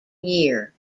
year